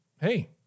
hey